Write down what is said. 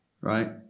right